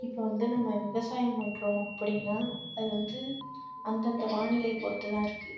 இப்போது வந்து நம்ம விவசாயம் பண்ணுறோம் அப்படினா அது வந்து அந்தந்த வானிலையை பொறுத்து தான் இருக்குது